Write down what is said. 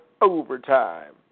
overtime